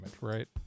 right